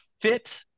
fit